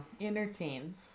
Entertains